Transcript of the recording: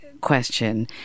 question